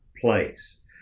place